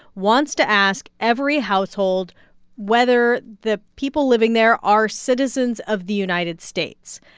wants to ask every household whether the people living there are citizens of the united states.